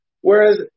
Whereas